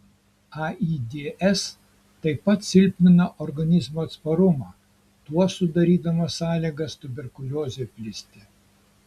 aids taip pat silpnina organizmo atsparumą tuo sudarydama sąlygas tuberkuliozei plisti